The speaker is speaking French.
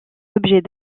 objets